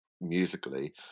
musically